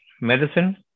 medicine